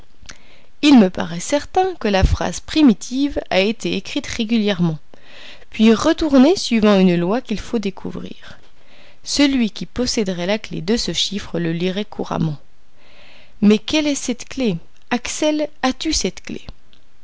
il me parait certain que la phrase primitive a été écrite régulièrement puis retournée suivant une loi qu'il faut découvrir celui qui posséderait la clef de ce chiffre le lirait couramment mais quelle est cette clef axel as-tu cette clef